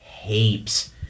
Heaps